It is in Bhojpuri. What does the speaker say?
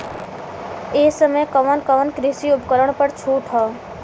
ए समय कवन कवन कृषि उपकरण पर छूट ह?